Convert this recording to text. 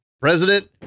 President